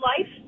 life